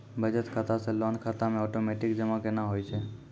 बचत खाता से लोन खाता मे ओटोमेटिक जमा केना होय छै?